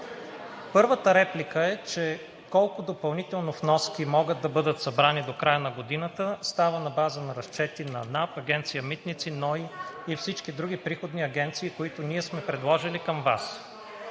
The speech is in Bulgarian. Първата реплика е, че колко допълнително вноски могат да бъдат събрани до края на годината става на база на разчети на НАП, Агенция митници, НОИ и всички други приходни агенции, които ние сме предложили към Вас.